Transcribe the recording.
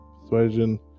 Persuasion